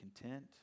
content